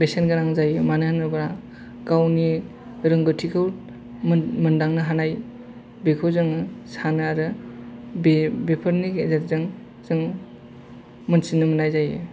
बेसेन गोनां जायो मानो होनोब्ला गावनि रोंगौथिखौ मोनदांनो हानाय बेखौ जोङो सानो आरो बे बेफोरनि गेजेरजों जों मिनथिनो मोननाय जायो